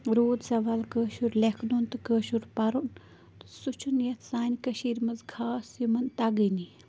روٗد سَوال کٲشُر لیٚکھنُن تہٕ کٲشُر پَرُن سُہ چھُنہٕ یَتھ سانہِ کٲشیٖر منٛز خاص یِمن تگٲنی